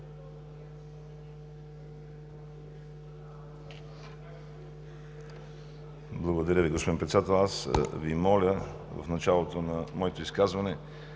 Благодаря Ви, господин Председател. Аз Ви моля в началото на моето изказване